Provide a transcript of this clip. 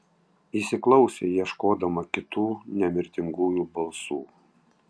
įsiklausė ieškodama kitų nemirtingųjų balsų